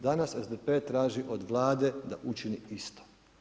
Danas SDP traži od Vlade da učini isto.